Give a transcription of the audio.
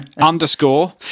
underscore